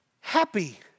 Happy